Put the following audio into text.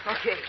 Okay